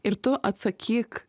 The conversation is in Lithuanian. ir tu atsakyk